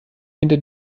hinter